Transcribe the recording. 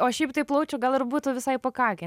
o šiaip tai plaučių gal ir būtų visai pakakę